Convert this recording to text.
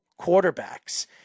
quarterbacks